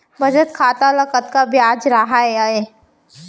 बचत खाता ल कतका ब्याज राहय आय?